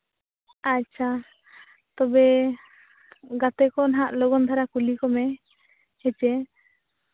ᱟᱪᱪᱷᱟ ᱛᱚᱵᱮ ᱜᱟᱛᱮ ᱠᱚ ᱱᱟᱦᱟᱸᱜ ᱞᱚᱜᱚᱱ ᱫᱷᱟᱨᱟ ᱠᱩᱞᱤ ᱠᱚᱢᱮ ᱦᱮᱸᱥᱮ